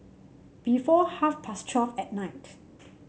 before half past twelve at night